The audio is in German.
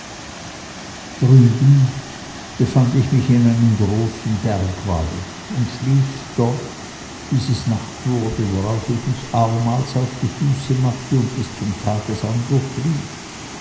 drüben befand ich mich in einem großen bergwald und schlief sofort bis es nacht wurde worauf ich mich abermals auf die füße machte und bis zum tagesanbruch lief